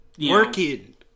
Working